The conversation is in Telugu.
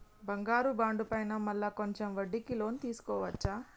బంగారు బాండు పైన మళ్ళా కొంచెం వడ్డీకి లోన్ తీసుకోవచ్చా?